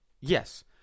yes